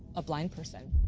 a blind person.